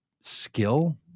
skill